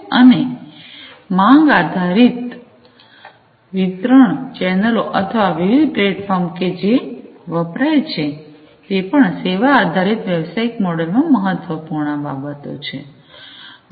અને માંગ આધારિત વિતરણ ચેનલો અથવા વિવિધ પ્લેટફોર્મ કે જે વપરાય છે તે પણ સેવા આધારિત વ્યવસાયિક મોડેલ માં મહત્વપૂર્ણ બાબતો છે